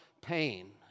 pain